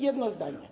Jedno zdanie.